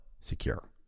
secure